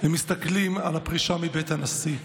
הם מסתכלים על הפרישה מבית הנשיא,